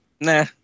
Nah